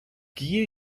gehe